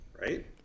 Right